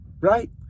right